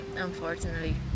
unfortunately